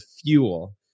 fuel